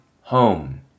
home